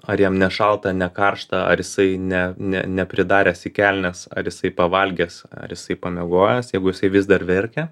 ar jam nešalta nekaršta ar jisai ne ne nepridaręs į kelnes ar jisai pavalgęs ar jisai pamiegojęs jeigu jisai vis dar verkia